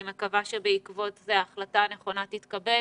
אני מקווה שבעקבות זה ההחלטה הנכונה תתקבל